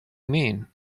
mean